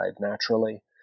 naturally